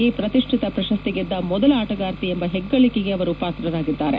ಈ ಪ್ರತಿಷ್ಠಿತ ಪ್ರಶಸ್ತಿ ಗೆದ್ದ ಮೊದಲ ಆಟಗಾರ್ತಿ ಹೆಗ್ಗಳಿಕೆಗೆ ಅವರು ಪಾತ್ರರಾಗಿದ್ದಾರೆ